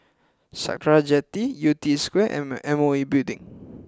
Sakra Jetty Yew Tee Square and M O E Building